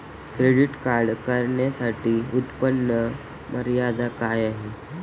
Credit card काढण्यासाठी उत्पन्न मर्यादा काय आहे?